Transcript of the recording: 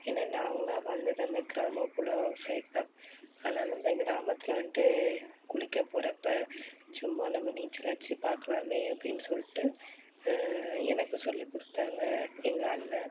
ஏன்னால் நாங்களாம் வளர்ந்தது இந்த கிராமப்புற சைடு தான் ஆனாலும் எங்கள் கிராமத்தில் வந்துட்டு குளிக்க போகிறப்ப சும்மா நம்ம நீச்சல் அடித்து பார்க்கலாமே அப்படின்னு சொல்லிவிட்டு எனக்கு சொல்லி கொடுத்தாங்க எங்கள் அண்ணன்